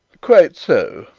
quite so,